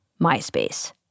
MySpace